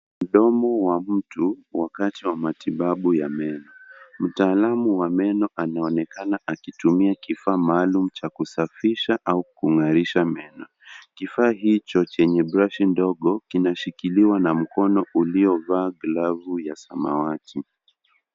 Mdomo wa mtu wakati wa matibabu ya meno. Mtaalam wa meno anaonekana akitumia kifaa cha kusafisha au kung'arisha meno. Kifaa hicho chenye brashi ndogo kinashikiliwa na mkono